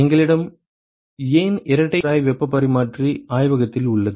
எங்களிடம் ஏன் இரட்டை குழாய் வெப்பப் பரிமாற்றி ஆய்வகத்தில் உள்ளது